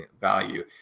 value